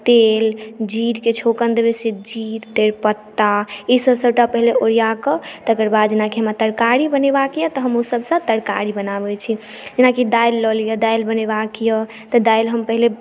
तेल जीर के छौकन देबै से जीर तेजपत्ता ई सब सबटा पहिले ओड़िया कऽ तकरबाद जेना की हमरा तरकारी बनेबाक यऽ तऽ हम ओहिसभ सऽ तरकारी बनाबै छी जेना की दालि लऽ लियऽ दालि बनेबाक यऽ तऽ दालि हम पहिले